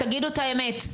תגידו את האמת.